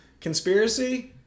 Conspiracy